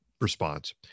response